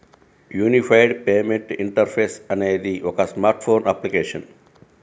unified payment interface అనేది ఒక smart phone application